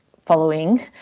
following